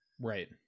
right